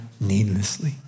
needlessly